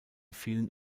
vielen